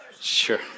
Sure